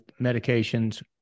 medications